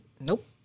Nope